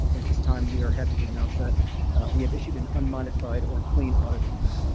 at this time we are happy to announce that we have issued an unmodified or clean audit opinion,